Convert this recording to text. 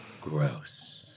Gross